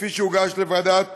כפי שהוגש לוועדת